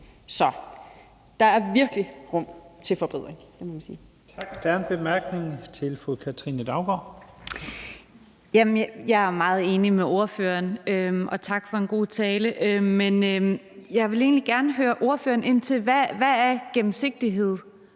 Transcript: Så der er virkelig rum til forbedring